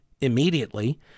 immediately